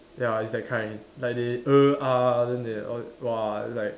ya it's that kind like they err uh then they err !wah! it's like